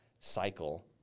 cycle